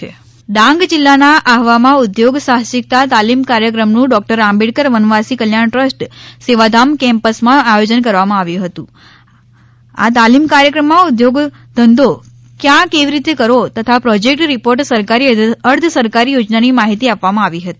વનવાસી કલ્યાણ ડાંગ જિલ્લાના આહવામાં ઉદ્યોગ સાહસિકતા તાલીમ કાર્યક્રમનું ડો આંબેડકર વનવાસી કલ્યાણ ટ્રસ્ટ સેવાધામ કેમ્પસમાં આયોજન કરવામાં આવ્યું હતું આ તાલીમ કાર્યક્રમ માં ઉદ્યોગ ધંધો ક્યાં કેવી રીતે કરવો તથા પ્રોજેક્ટ રિપોર્ટ સરકારી અર્ધસરકારી યોજનાની માહિતી આપવામાં આવી હતી